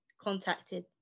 contacted